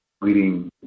leading